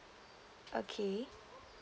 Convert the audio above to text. okay